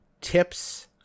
tips